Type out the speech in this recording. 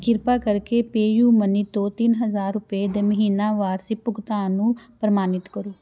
ਕਿਰਪਾ ਕਰਕੇ ਪੇਯੂਮਨੀ ਤੋਂ ਤਿੰਨ ਹਜ਼ਾਰ ਰੁਪਏ ਦੇ ਮਹੀਨਾਵਾਰ ਸਿਪ ਭੁਗਤਾਨ ਨੂੰ ਪ੍ਰਮਾਣਿਤ ਕਰੋ